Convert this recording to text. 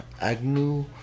agnew